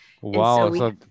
Wow